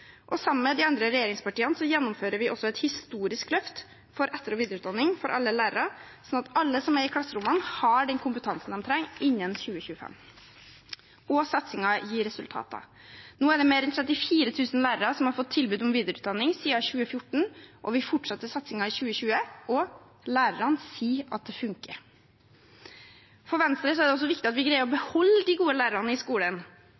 Sammen med de andre regjeringspartiene gjennomfører vi også et historisk løft for etter- og videreutdanning for alle lærere, slik at alle som er i klasserommene, har den kompetansen de trenger, innen 2025. Og satsingen gir resultater. Nå er det mer enn 34 000 lærere som har fått tilbud om videreutdanning siden 2014. Vi fortsetter satsingen i 2020, og lærerne sier at det funker. For Venstre er det også viktig at vi greier å beholde de gode lærerne i skolen.